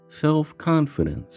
self-confidence